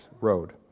road